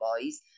boys